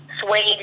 suede